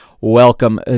welcome